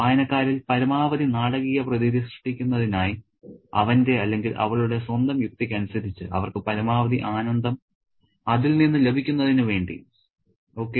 വായനക്കാരനിൽ പരമാവധി നാടകീയ പ്രതീതി സൃഷ്ടിക്കുന്നതിനായി അവന്റെ അല്ലെങ്കിൽ അവളുടെ സ്വന്തം യുക്തിക്ക് അനുസരിച്ച് അവർക്ക് പരമാവധി ആനന്ദം അതിൽ നിന്നും ലഭിക്കുന്നതിന് വേണ്ടി ഓക്കേ